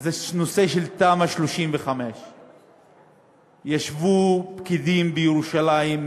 זה הנושא של תמ"א 35. ישבו פקידים בירושלים,